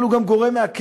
אבל זה גם גורם מעכב